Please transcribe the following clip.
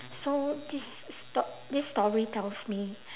so this is sto~ this story tells me